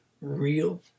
real